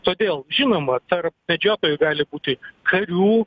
todėl žinoma tarp medžiotojų gali būti karių